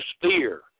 fear